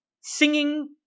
singing